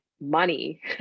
Money